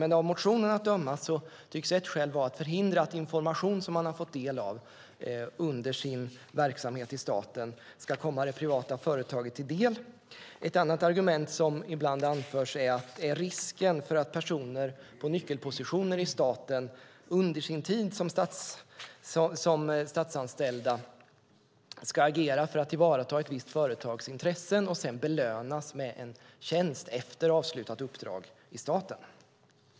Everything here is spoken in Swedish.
Men av motionen att döma tycks ett skäl vara att förhindra att information som personen har fått del av under sin verksamhet i staten ska komma det privata företaget till del. Ett annat argument som ibland anförs är att det finns risk för att personer på nyckelpositioner i staten under sin tid som statsanställd ska agera för att tillvarata ett visst företags intressen och sedan belönas med en tjänst efter avslutat uppdrag i staten.